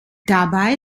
dabei